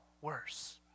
worse